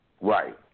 Right